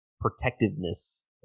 protectiveness